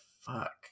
fuck